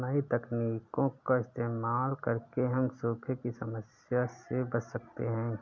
नई तकनीकों का इस्तेमाल करके हम सूखे की समस्या से बच सकते है